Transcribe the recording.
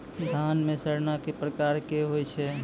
धान म सड़ना कै प्रकार के होय छै?